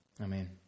Amen